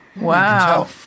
Wow